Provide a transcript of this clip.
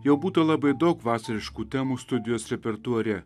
jau būta labai daug vasariškų temų studijos repertuare